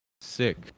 Sick